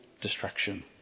destruction